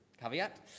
Caveat